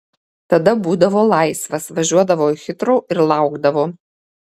tada būdavo laisvas važiuodavo į hitrou ir laukdavo